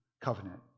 covenant